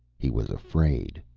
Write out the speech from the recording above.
he was afraid,